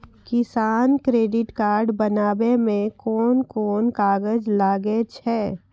किसान credit card बनाबै मे कोन कोन कागज लागै छै?